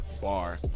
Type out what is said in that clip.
Bar